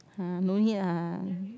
!huh! no need ah